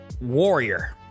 warrior